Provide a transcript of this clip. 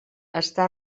està